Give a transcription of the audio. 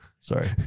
Sorry